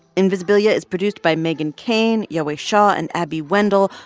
invisibilia is produced by meghan keane, yowei shaw and abby wendle.